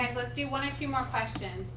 let's do one or two more questions.